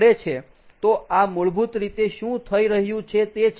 તો આ મૂળભૂત રીતે શું થઈ રહ્યું છે તે છે